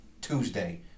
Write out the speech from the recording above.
Tuesday